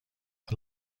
and